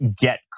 get